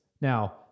now